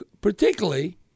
particularly –